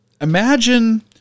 imagine